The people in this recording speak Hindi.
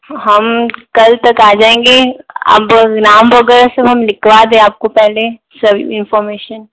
हम कल तक आ जायेंगे अब नाम वगैरह सब हम लिखवा दें आपको पहले सब इन्फॉर्मेशन